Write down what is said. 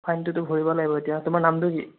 ফাইনটোতো ভৰিব লাগিব এতিয়া তোমাৰ নামটো কি